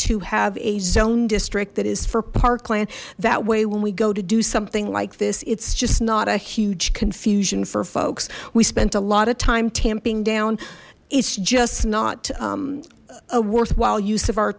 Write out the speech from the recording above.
to have a zone district that is for parkland that way when we go to do something like this it's just not a huge confusion for folks we spent a lot of time tamping down it's just not a worthwhile use of our